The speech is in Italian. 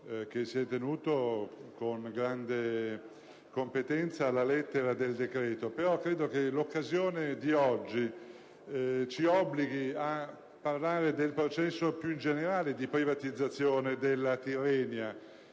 quale si è attenuto con grande competenza alla lettera del decreto. Credo tuttavia che l'occasione odierna ci obblighi a parlare del processo più generale di privatizzazione della Tirrenia,